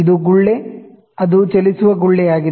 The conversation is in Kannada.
ಇದು ಬಬಲ್ ಅದು ಚಲಿಸುವ ಬಬಲ್ ಆಗಿದೆ